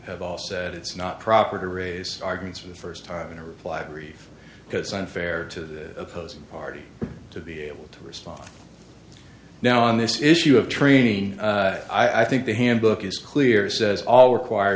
have all said it's not proper to raise arguments for the first time in a reply brief because unfair to the opposing party to be able to respond now on this issue of training i think the handbook is clear says all require